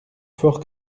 fort